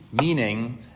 meaning